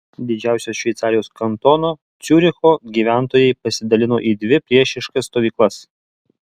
didžiausio šveicarijos kantono ciuricho gyventojai pasidalino į dvi priešiškas stovyklas